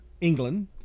England